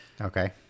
Okay